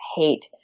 hate